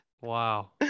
Wow